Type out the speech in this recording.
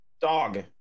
Dog